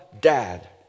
dad